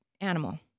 animal